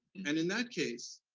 and in that case,